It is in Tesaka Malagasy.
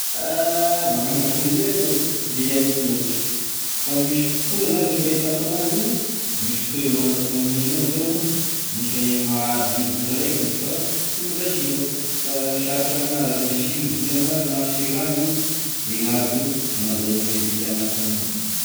Ah, magnano akoa zay aloha sy de haiko loatra, fa misy fotoa zany re fahitako anazy io, misy fotoa magnano akoa gn'aminay iny moa zao, misy mahadigny vola raiky izy fa sy mbola simba fa sarotry aminahy zany hoe firy vola mary na firy andro e gn'azo anazanone vily agnatign'ao.